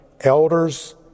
elders